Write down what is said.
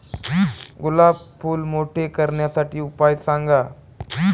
गुलाब फूल मोठे करण्यासाठी उपाय सांगा?